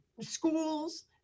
schools